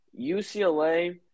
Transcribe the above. UCLA